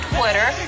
Twitter